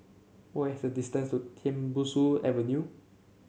what is the distance to Tembusu Avenue